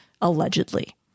Allegedly